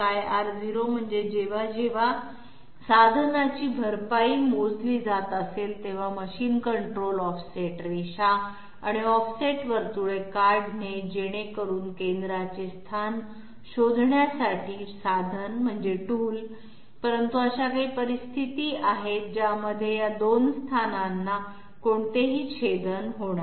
R0 म्हणजे जेव्हा जेव्हा साधनाची भरपाई मोजली जात असेल तेव्हा मशीन कंट्रोल ऑफसेट रेषा आणि ऑफसेट वर्तुळे काढेल जेणेकरुन केंद्राचे स्थान शोधण्यासाठी साधन परंतु अशा काही परिस्थिती आहेत ज्यामध्ये या 2 स्थानांना कोणतेही छेदन होणार नाही